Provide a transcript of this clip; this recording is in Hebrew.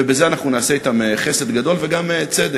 ובזה נעשה אתם חסד גדול וגם צדק.